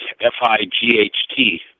F-I-G-H-T